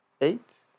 eight